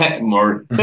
More